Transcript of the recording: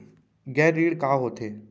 गैर ऋण का होथे?